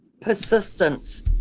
Persistence